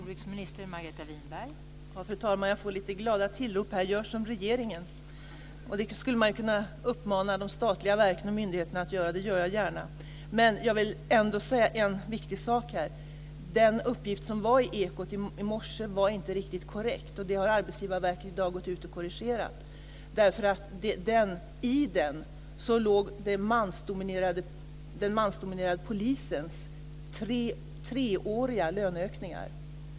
Fru talman! Jag får lite glada tillrop här: Gör som regeringen. Det skulle man kunna uppmana de statliga verken och myndigheterna att göra, och det gör jag gärna. Jag vill ändå säga en viktig sak här. Den uppgift som gavs i Ekot i morse var inte riktigt korrekt. Det har Arbetsmarknadsverket i dag korrigerat. I den låg den mansdominerade polisens treåriga löneökningar.